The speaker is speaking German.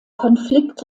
konflikt